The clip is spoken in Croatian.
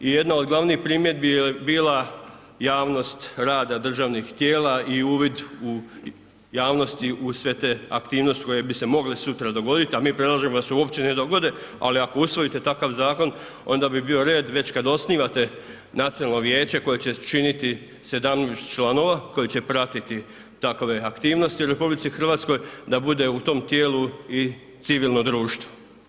I jedna od glavnih primjedbi je bila javnost rada državnih tijela i uvid javnosti u sve te aktivnosti koje bi se mogle sutra dogoditi, a mi predlažemo da se uopće ne dogode, ali ako usvojite takav zakon onda bi bio red već kada osnivate nacionalno vijeće koje će činiti 17 članova koji će pratiti takve aktivnosti u RH da bude u tom tijelu i civilno društvo.